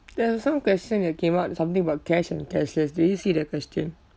there are some question that came out something about cash and cashless do you see that question